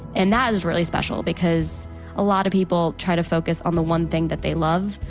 and that is really special because a lot of people try to focus on the one thing that they love,